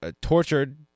tortured